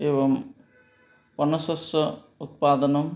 एवं पनसस्य उत्पादनम्